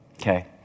okay